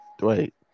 wait